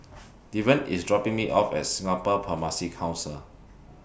Deven IS dropping Me off At Singapore Pharmacy Council